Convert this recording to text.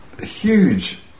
Huge